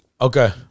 Okay